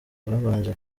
babanje